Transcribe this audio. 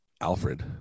Alfred